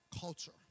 culture